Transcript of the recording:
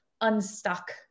unstuck